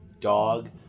dog